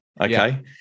okay